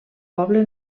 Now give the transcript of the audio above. poble